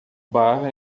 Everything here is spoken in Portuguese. bar